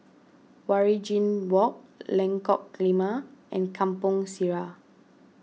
Waringin Walk Lengkok Lima and Kampong Sireh